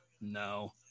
no